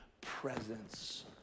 presence